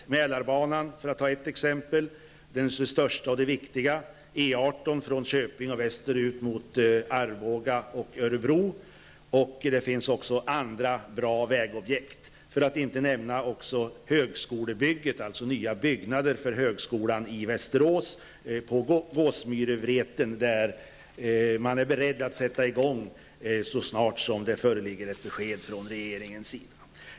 Det gäller bl.a. Mälarbanan, det största och viktigaste projektet, E 18 från Köping och västerut mot Arboga och Örebro och även andra bra vägobjekt. Man kan också nämna högskolebygget, dvs. nya byggnader för högskolan i Västerås på Gåsmyrevreten, där man är beredd att sätta i gång så snart det föreligger ett besked från regeringen.